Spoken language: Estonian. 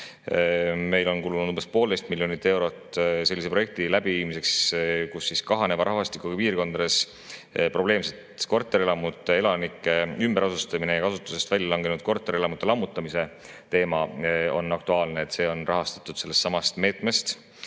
Meil on kulunud umbes 1,5 miljonit eurot sellise projekti läbiviimiseks: kahaneva rahvastikuga piirkondades probleemsete korterelamute elanike ümberasustamine ja kasutusest väljalangenud korterelamute lammutamise teema, mis on aktuaalne. Seda on rahastatud sellest meetmest.